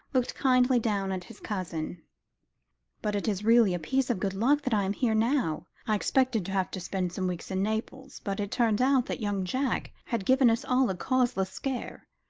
looked kindly down at his cousin but it is really a piece of good luck that i am here now. i expected to have to spend some weeks in naples, but it turned out that young jack had given us all a causeless scare.